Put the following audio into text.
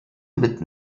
mit